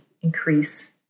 increase